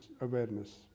awareness